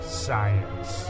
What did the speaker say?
science